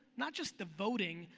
not just the voting,